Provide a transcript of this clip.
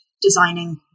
designing